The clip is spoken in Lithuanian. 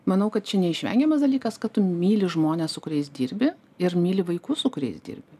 manau kad čia neišvengiamas dalykas kad tu myli žmones su kuriais dirbi ir myli vaikus su kuriais dirbi